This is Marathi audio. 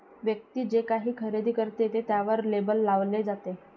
व्यक्ती जे काही खरेदी करते ते त्यावर लेबल लावले जाते